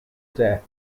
death